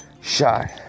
shot